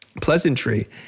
pleasantry